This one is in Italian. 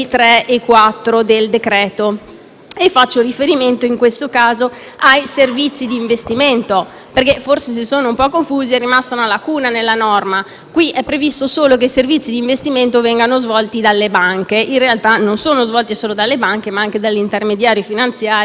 Faccio riferimento in questo caso ai servizi di investimento, perché forse si sono un po' confusi ed è rimasta una lacuna nella norma. Qui è previsto solo che i servizi di investimento vengano svolti dalle banche. In realtà non sono svolti solo dalle banche, ma anche dagli intermediari finanziari, dalle SGR, dagli OICR,